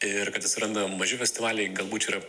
ir kad atsiranda maži festivaliai galbūt čia yra